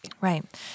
Right